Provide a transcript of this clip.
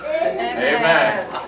Amen